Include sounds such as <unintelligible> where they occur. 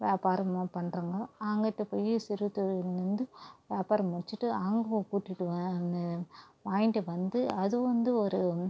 வியாபாரமாக பண்ணுறாங்கோ அங்கிட்டு போய் சிறுதொழிலுங்கள் வந்து வியாபாரம் முடிச்சிட்டு <unintelligible> கூட்டிட்டு வா வந்து வாங்கிட்டு வந்து அது வந்து ஒரு